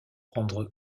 prendre